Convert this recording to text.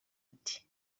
ati